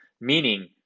meaning